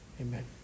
Amen